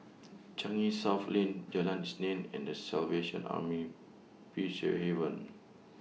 Changi South Lane Jalan Isnin and The Salvation Army pitch A Haven